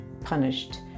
punished